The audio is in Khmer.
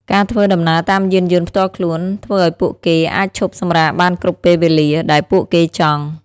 ការធ្វើដំណើរតាមយានយន្តផ្ទាល់ខ្លួន ធ្វើឱ្យពួកគេអាចឈប់សម្រាកបានគ្រប់ពេលវេលា ដែលពួកគេចង់។